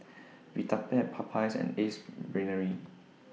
Vitapet Popeyes and Ace Brainery